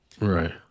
Right